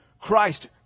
Christ